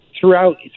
throughout